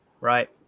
right